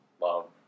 love